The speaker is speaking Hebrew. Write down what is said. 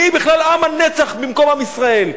מי בכלל עם הנצח במקום עם ישראל?